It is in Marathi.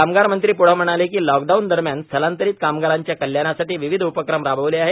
कामगार मंत्री प्रढे म्हणाले की लॉकडाऊन दरम्यान स्थलांतरित कामगारांच्या कल्याणासाठी विविध उपक्रम राबविले आहेत